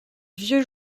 vieux